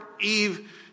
Eve